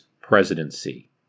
presidency